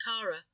Kara